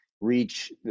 reach